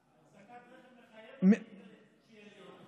אחזקת רכב מחייבת שיהיה לי אוטו.